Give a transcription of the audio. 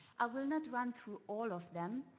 i will not run through all of them,